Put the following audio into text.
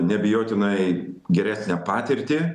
neabejotinai geresnę patirtį